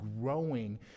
growing